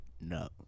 No